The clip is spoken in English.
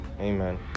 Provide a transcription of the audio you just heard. Amen